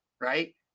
right